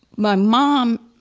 my mom,